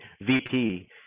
VP